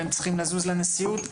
והם צריכים לזוז לנשיאות.